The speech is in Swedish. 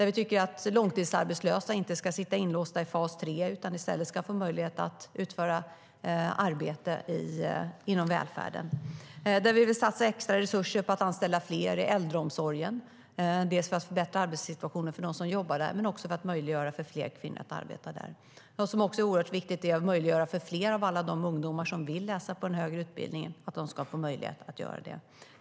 Vi tycker inte att långtidsarbetslösa ska sitta inlåsta i fas 3 utan i stället få möjlighet att utföra arbete inom välfärden. Vi vill satsa extra resurser på att anställa fler i äldreomsorgen, inte bara för att förbättra arbetssituationen för dem som jobbar i äldreomsorgen utan även för att möjliggöra för fler kvinnor att arbeta där. Något som också är oerhört viktigt är att möjliggöra för fler av alla de ungdomar som vill läsa en högre utbildning att få göra det.